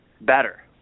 better